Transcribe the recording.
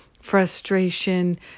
Frustration